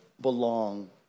belong